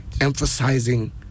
Emphasizing